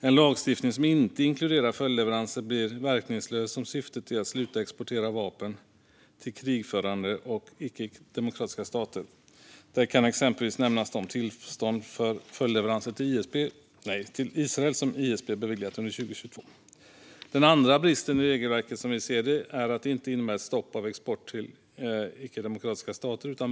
En lagstiftning som inte inkluderar följdleveranser blir verkningslös om syftet är att man ska sluta exportera vapen till krigförande och icke-demokratiska stater. Där kan exempelvis nämnas de tillstånd för följdleveranser till Israel som ISP beviljat under 2022. Den andra bristen i regelverket som vi ser är att detta inte innebär ett stopp för export till icke-demokratiska stater.